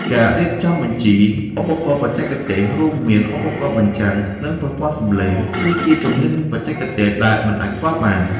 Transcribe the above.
ការរៀបចំបញ្ជីឧបករណ៍បច្ចេកទេស រួមមានឧបករណ៍បញ្ចាំង និងប្រព័ន្ធសំឡេង គឺជាជំហានបច្ចេកទេសដែលមិនអាចខ្វះបាន។